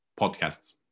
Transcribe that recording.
podcasts